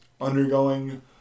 undergoing